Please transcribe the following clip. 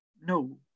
no